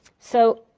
so,